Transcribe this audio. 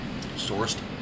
sourced